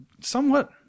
somewhat